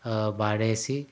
మానేసి